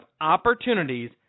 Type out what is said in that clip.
opportunities